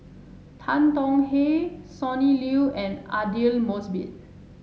Tan Tong Hye Sonny Liew and Aidli Mosbit